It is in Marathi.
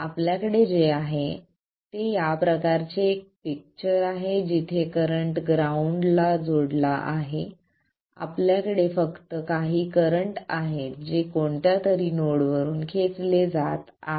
आपल्याकडे जे आहे ते या प्रकारचे एक पिक्चर आहे जिथे करंट ग्राउंड ला जोडला आहे आपल्याकडे फक्त काही करंट आहेत जे कोणत्यातरी नोडवरून खेचले जात आहेत